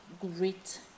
great